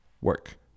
work